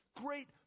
Great